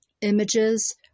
images